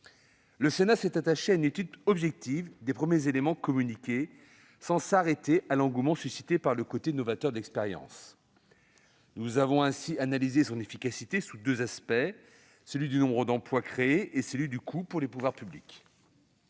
Le Sénat s'est attaché à une étude objective des premiers éléments communiqués, sans s'arrêter à l'engouement suscité par le côté novateur de l'expérience. Il a ainsi analysé son efficacité sous deux aspects : le nombre d'emplois créés et le coût pour les pouvoirs publics.